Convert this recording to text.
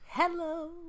Hello